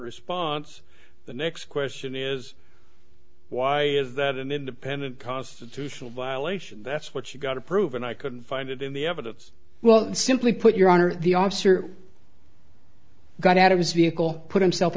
response the next question is why is that an independent constitutional violation that's what you got to prove and i couldn't find it in the evidence well simply put your honor the officer got out of